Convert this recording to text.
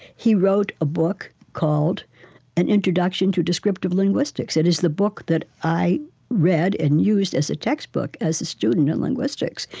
he wrote a book called an introduction to descriptive linguistics. it is the book that i read and used as a textbook as a student of linguistics.